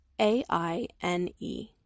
A-I-N-E